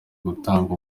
gutanga